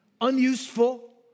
Unuseful